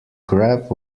grab